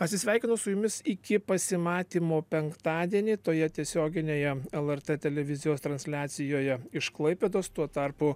atsisveikinu su jumis iki pasimatymo penktadienį toje tiesioginėje lrt televizijos transliacijoje iš klaipėdos tuo tarpu